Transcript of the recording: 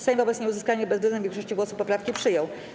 Sejm wobec nieuzyskania bezwzględnej większości głosów poprawki przyjął.